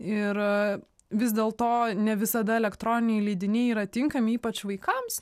ir vis dėl to ne visada elektroniniai leidiniai yra tinkami ypač vaikams